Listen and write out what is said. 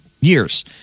years